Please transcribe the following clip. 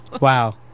Wow